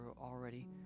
already